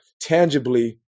tangibly